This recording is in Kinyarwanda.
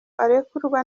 arekurwa